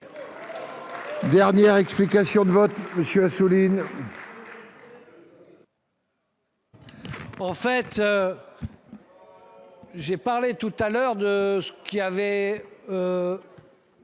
Dernière explication de vote monsieur Assouline. En fait. J'ai parlé tout à l'heure de ce qu'il avait.